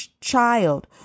child